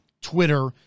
Twitter